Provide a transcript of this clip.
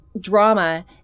drama